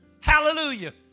Hallelujah